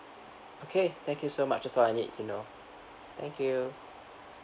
okay thank you so much that's all I need to know thank you